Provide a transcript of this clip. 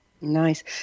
Nice